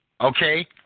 Okay